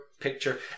picture